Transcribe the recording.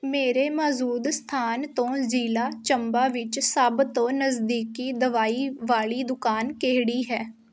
ਮੇਰੇ ਮੌਜੂਦਾ ਸਥਾਨ ਤੋਂ ਜ਼ਿਲ੍ਹਾ ਚੰਬਾ ਵਿੱਚ ਸਭ ਤੋਂ ਨਜ਼ਦੀਕੀ ਦਵਾਈ ਵਾਲੀ ਦੁਕਾਨ ਕਿਹੜੀ ਹੈ